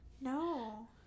no